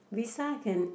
visa can